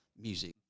music